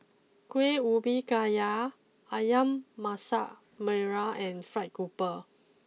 Kuih Ubi Kayu Ayam Masak Merah and Fried grouper